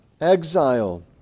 exile